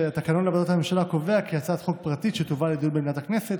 שהתקנון לעבודת הממשלה קובע כי הצעת חוק פרטית שתובא לדיון במליאת הכנסת